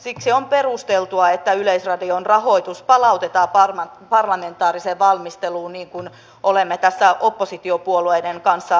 siksi on perusteltua että yleisradion rahoitus palautetaan parlamentaariseen valmisteluun niin kuin olemme tässä oppositiopuolueiden kanssa vaatimassa